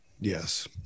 Yes